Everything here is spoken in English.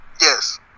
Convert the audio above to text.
Yes